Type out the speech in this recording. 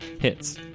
Hits